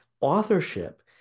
authorship